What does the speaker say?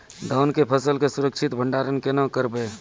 धान के फसल के सुरक्षित भंडारण केना करबै?